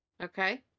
Okay